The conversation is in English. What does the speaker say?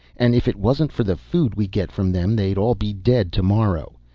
and if it wasn't for the food we get from them they'd all be dead tomorrow.